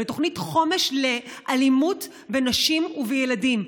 לתוכנית חומש לאלימות בנשים ובילדים.